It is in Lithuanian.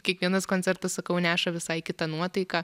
kiekvienas koncertas sakau neša visai kitą nuotaiką